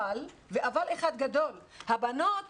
אבל הבנות